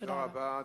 תודה רבה.